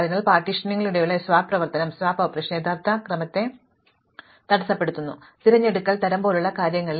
അതിനാൽ പാർട്ടീഷനിംഗിനിടെയുള്ള ഈ സ്വാപ്പ് പ്രവർത്തനം യഥാർത്ഥ ക്രമത്തെ തടസ്സപ്പെടുത്തുന്നു ഇതും സംഭവിക്കുന്നു തിരഞ്ഞെടുക്കൽ തരം പോലുള്ള കാര്യങ്ങളിൽ